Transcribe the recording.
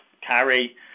carry